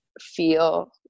feel